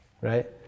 right